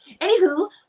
anywho